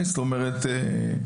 זאת אומרת,